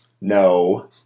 No